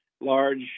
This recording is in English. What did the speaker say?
large